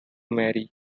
marry